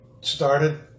started